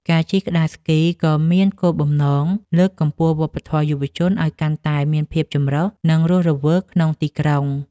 ការជិះក្ដារស្គីក៏មានគោលបំណងលើកកម្ពស់វប្បធម៌យុវជនឱ្យកាន់តែមានភាពចម្រុះ និងរស់រវើកនៅក្នុងទីក្រុង។